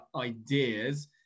ideas